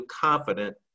confident